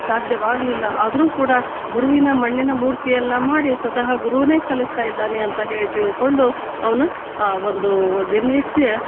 ಸಾಧ್ಯವಾಗಲಿಲ್ಲ ಆದರೂ ಕೂಡ ಗುರುವಿನ ಮಣ್ಣಿನ ಮೂರ್ತಿಯನ್ನು ಮಾಡಿ ಸ್ವತಃ ಗುರುವೇ ಕಲಿಸ್ತಾ ಇದ್ದಾನೆ ಅಂತ ಹೇಳಿ ತಿಳ್ಕೊಂಡು ಅವ್ನು ಆ ಒಂದು ದಿನನಿತ್ಯ